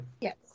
yes